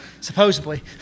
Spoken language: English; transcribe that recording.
Supposedly